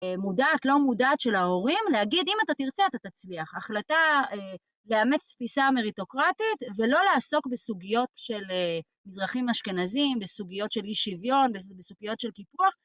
מודעת, לא מודעת של ההורים, להגיד אם אתה תרצה אתה תצליח. החלטה לאמץ תפיסה אמריטוקרטית ולא לעסוק בסוגיות של מזרחים אשכנזים, בסוגיות של אי שוויון, בסוגיות של קיפוח.